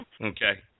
okay